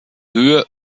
höhe